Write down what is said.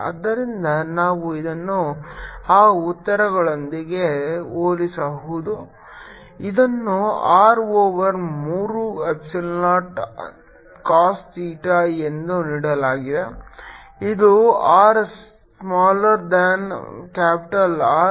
ಆದ್ದರಿಂದ ನಾವು ಇದನ್ನು ಆ ಉತ್ತರಗಳೊಂದಿಗೆ ಹೋಲಿಸಬಹುದು ಇದನ್ನು r ಓವರ್ ಮೂರು ಎಪ್ಸಿಲಾನ್ ನಾಟ್ cos ಥೀಟಾ ಎಂದು ನೀಡಲಾಗಿದೆ ಇದು r smaller than capital R